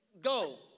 Go